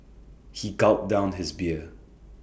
he gulped down his beer